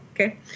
okay